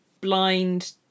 blind